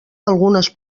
algunes